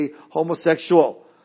homosexual